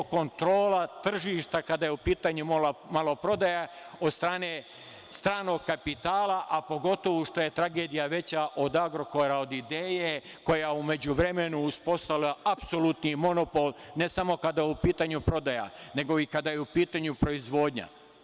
To je 39-40% kontrola tržišta kada je u pitanju maloprodaja od strane stranog kapitala, a pogotovo što je tragedija veća, od „Agrokora“, od „Ideje“, koja u međuvremenu uspostavlja apsolutni monopol ne samo kada je u pitanju prodaja, nego i kada je u pitanju proizvodnja.